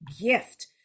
gift